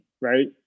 right